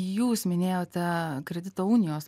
jūs minėjote kredito unijos